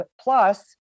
Plus